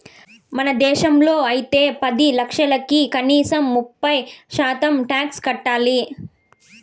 మన దేశంలో అయితే పది లక్షలకి కనీసం ముప్పై శాతం టాక్స్ కట్టాలి